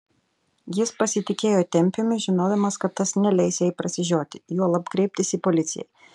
jis pasitikėjo tempiumi žinodamas kad tas neleis jai prasižioti juolab kreiptis į policiją